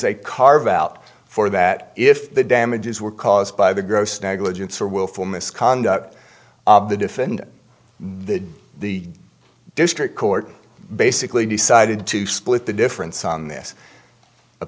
a carve out for that if the damages were caused by the gross negligence or willful misconduct of the defendant the district court basically decided to split the difference on this